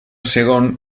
segon